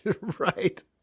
right